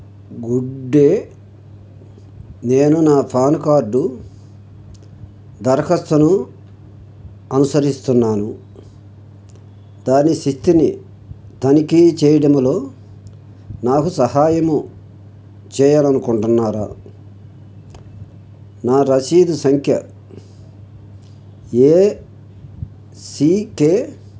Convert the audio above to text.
good day నేను నా pan card దరఖాస్తును అనుసరిస్తున్నాను దాని సిత్తిని తనిఖీ చేయడంలో నాకు సహాయము చెయ్యాలనుకుంటున్నారా నా రసీదు సంఖ్య ఏసీకె